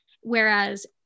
whereas